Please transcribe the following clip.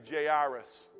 Jairus